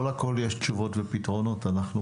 מה